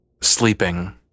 Sleeping